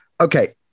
okay